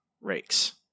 rakes